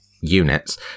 units